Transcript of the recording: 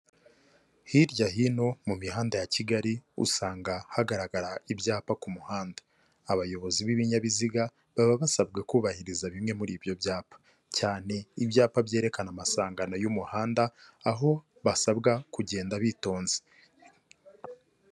Hirya hino mu mihanda ya Kigali usanga hagaragara ibyapa ku muhanda, abayobozi b'ibinyabiziga baba basabwa kubahiriza bimwe muri ibyo byapa, cyane ibyapa byerekana amasangano y'umuhanda aho basabwa kugenda bitonze.